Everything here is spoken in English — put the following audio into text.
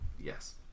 yes